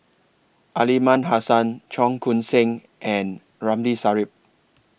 Aliman Hassan Cheong Koon Seng and Ramli Sarip